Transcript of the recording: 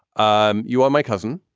um you are my cousin.